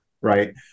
right